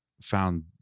found